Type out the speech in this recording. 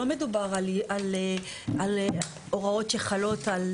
לא מדובר על, על הוראות שחלות על